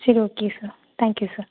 சரி okay sir thank you sir